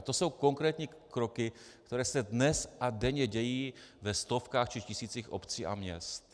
To jsou konkrétní kroky, které se dnes a denně dějí ve stovkách či tisících obcí a měst.